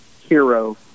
hero